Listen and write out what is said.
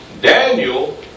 Daniel